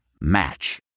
match